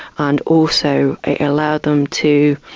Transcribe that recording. and also allowed them to